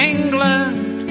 England